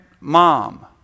mom